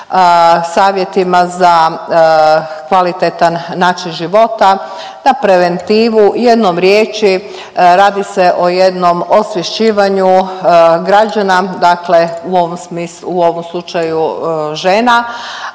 savjetima za kvalitetan način života, na preventivu. Jednom riječi radi se o jednom osvješćivanju građana, dakle u ovom slučaju žena